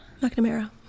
McNamara